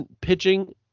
pitching